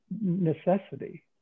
necessity